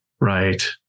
Right